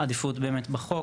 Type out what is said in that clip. עדיפות בחוק.